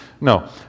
No